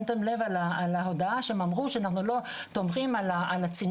שמתם לב על ההודעה שהם אמרו שאנחנו לא תומכים על צינור